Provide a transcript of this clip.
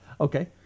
Okay